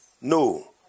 no